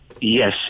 Yes